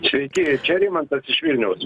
sveiki čia rimantas iš vilniaus